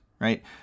right